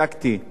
עד כמה שבדקתי,